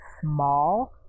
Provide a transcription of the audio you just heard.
small